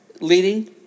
leading